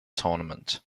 tournament